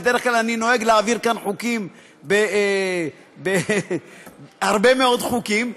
בדרך כלל אני נוהג להעביר כאן הרבה מאוד חוקים,